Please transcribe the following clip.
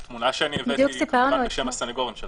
התמונה שאני הבאתי היא בשם הסנגורים.